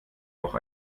auch